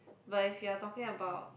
but if you are talking about